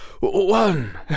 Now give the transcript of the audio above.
one